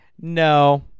No